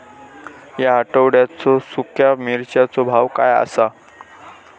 या आठवड्याचो सुख्या मिर्चीचो भाव काय आसा?